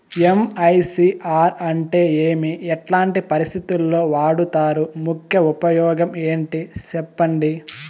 MICR అంటే ఏమి? ఎట్లాంటి పరిస్థితుల్లో వాడుతారు? ముఖ్య ఉపయోగం ఏంటి సెప్పండి?